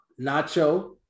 Nacho